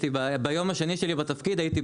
ביום השני שלי בתפקיד הייתי בלול.